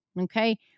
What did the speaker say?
okay